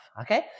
Okay